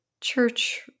church